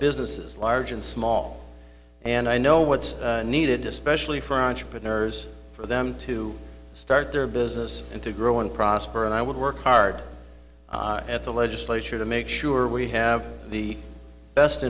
businesses large and small and i know what's needed especially for entrepreneurs for them to start their business and to grow and prosper and i would work hard at the legislature to make sure we have the best